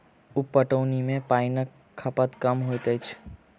उप पटौनी मे पाइनक खपत कम होइत अछि